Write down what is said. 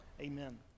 amen